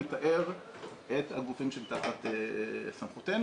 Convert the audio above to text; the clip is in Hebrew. מתאר את הגופים שהם תחת סמכותנו.